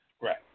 Right